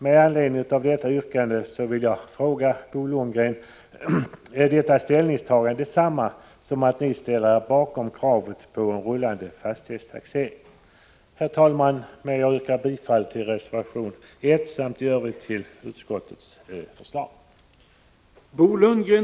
Med anledning av detta yrkande vill jag fråga Bo Lundgren: Är detta ställningstagande detsamma som att ni ställer er bakom kravet på en rullande fastighetstaxering? Herr talman! Med det anförda yrkar jag bifall till reservation 1 samt i övrigt till utskottets hemställan.